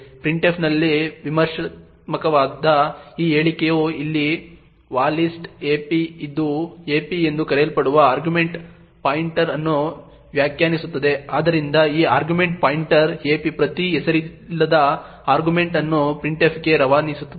printf ನಲ್ಲಿ ವಿಮರ್ಶಾತ್ಮಕವಾದ ಈ ಹೇಳಿಕೆಯು ಇಲ್ಲಿ va list ap ಇದು ap ಎಂದು ಕರೆಯಲ್ಪಡುವ ಆರ್ಗ್ಯುಮೆಂಟ್ ಪಾಯಿಂಟರ್ ಅನ್ನು ವ್ಯಾಖ್ಯಾನಿಸುತ್ತದೆ ಆದ್ದರಿಂದ ಈ ಆರ್ಗ್ಯುಮೆಂಟ್ ಪಾಯಿಂಟರ್ ap ಪ್ರತಿ ಹೆಸರಿಲ್ಲದ ಆರ್ಗ್ಯುಮೆಂಟ್ ಅನ್ನು printf ಗೆ ರವಾನಿಸುತ್ತದೆ